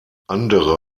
andere